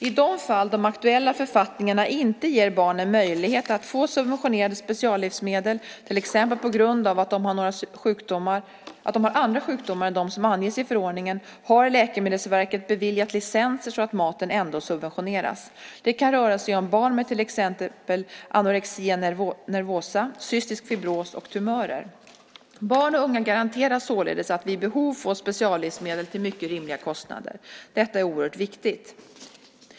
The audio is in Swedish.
I de fall de aktuella författningarna inte ger barnen möjlighet att få subventionerade speciallivsmedel, till exempel på grund av att de har andra sjukdomar än de som anges i förordningen, har Läkemedelsverket beviljat licenser så att maten ändå subventioneras. Det kan röra sig om barn med till exempel anorexia nervosa , cystisk fibros och tumörer. Barn och unga garanteras således att vid behov få speciallivsmedel till mycket rimliga kostnader. Detta är oerhört viktigt.